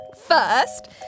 First